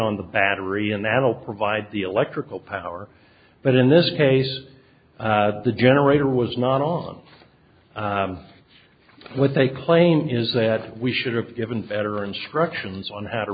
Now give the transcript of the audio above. on the battery and that'll provide the electrical power but in this case the generator was not on what they claim is that we should have given veterans fractions on how to